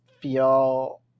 feel